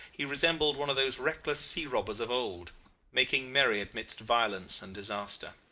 he resembled one of those reckless sea-robbers of old making merry amidst violence and disaster.